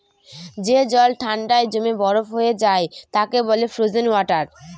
যে জল ঠান্ডায় জমে বরফ হয়ে যায় তাকে বলে ফ্রোজেন ওয়াটার